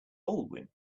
baldwin